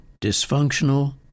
dysfunctional